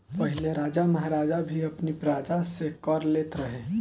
पहिले राजा महाराजा भी अपनी प्रजा से कर लेत रहे